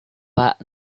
pak